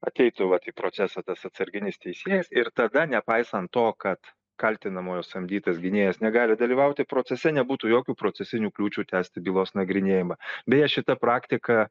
ateitų vat į procesą tas atsarginis teisėjas ir tada nepaisant to kad kaltinamojo samdytas gynėjas negali dalyvauti procese nebūtų jokių procesinių kliūčių tęsti bylos nagrinėjimą beje šita praktika